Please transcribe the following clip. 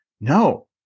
no